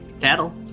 Cattle